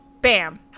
bam